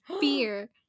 fear